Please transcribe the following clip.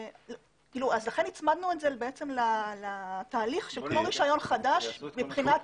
לכן הצמדנו את זה לתהליך של כמו רישיון חדש מבחינת